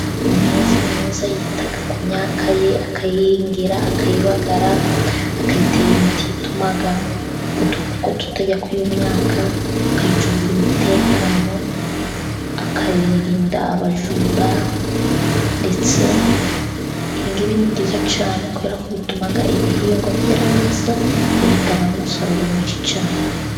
Umuhinzi mwiza yita ku myaka ye akayihingira, akayibagara akayitera imiti ituma udukoko tutajya kuri iyo myaka, akayicungira umutekano akayirinda abajura, ndetse ibi ngibi ni byiza cyane kuberako bituma ibihingwa byera neza bigatanga n'umusaruro mwinshi cyane.